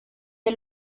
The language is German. der